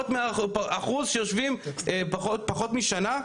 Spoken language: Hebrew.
אחוז שיושבים פחות משנה,